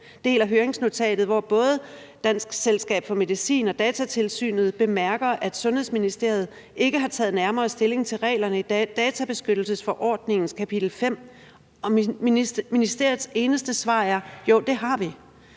til den del af høringsnotatet, hvor både Dansk Selskab For Almen Medicinog Datatilsynet bemærker, at Sundhedsministeriet ikke har taget nærmere stilling til reglerne i databeskyttelsesforordningens kapitel 5, og ministeriets eneste svar er: Jo, det har vi.